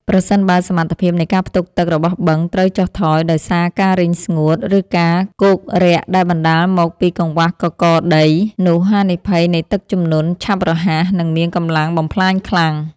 ប្រសិនបើសមត្ថភាពនៃការផ្ទុកទឹករបស់បឹងត្រូវចុះថយដោយសារការរីងស្ងួត ឬការគោករាក់ដែលបណ្តាលមកពីកង្វះកករដី នោះហានិភ័យនៃទឹកជំនន់ឆាប់រហ័ស និងមានកម្លាំងបំផ្លាញខ្លាំង។